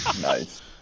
Nice